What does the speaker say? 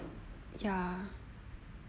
ya